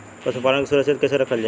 पशुपालन के सुरक्षित कैसे रखल जाई?